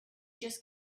just